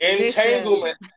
Entanglement